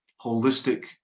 holistic